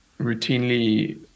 routinely